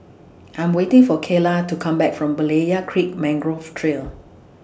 I'm waiting For Kaela to Come Back from Berlayer Creek Mangrove Trail